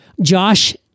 Josh